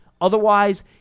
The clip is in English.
Otherwise